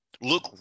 look